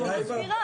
אני מסבירה.